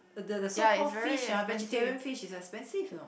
the the so called fish uh vegetarian fish is expensive you know